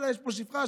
יש פה שפחה,